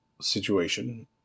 situation